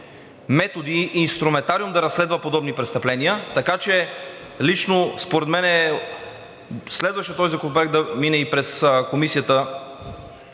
методи и инструментариум да разследва подобни престъпления, така че лично според мен следваше този законопроект да мине и през Комисията